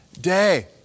day